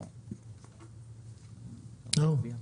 זהו.